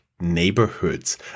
neighborhoods